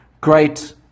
great